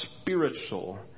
spiritual